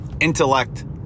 intellect